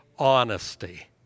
Honesty